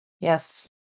yes